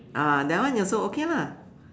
ah that one also okay lah